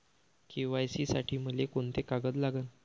KYC साठी मले कोंते कागद लागन?